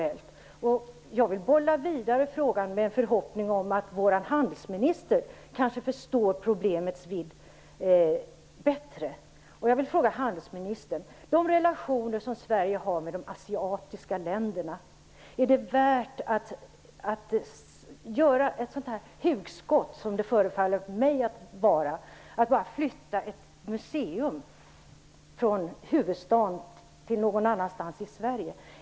Jag vill bolla frågan vidare med en förhoppning om att vår handelsminister kanske förstår problemets vidd bättre. Sveriges relationer till de asiatiska länderna, värt att genomföra ett sådant hugskott - som det här förefaller mig att vara - som att bara flytta ett museum från huvudstaden till någon annanstans i Sverige?